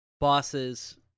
bosses